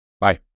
Bye